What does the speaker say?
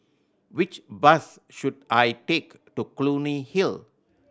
which bus should I take to Clunny Hill